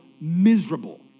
miserable